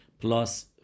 plus